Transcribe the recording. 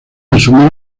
asume